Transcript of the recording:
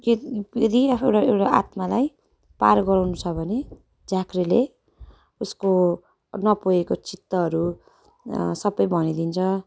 के यदि आफूबाट एउटा आत्मालाई पार गराउनु छ भने झाँक्रीले उसको नपुगेको चित्तहरू सबै भनिदिन्छ